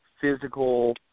physical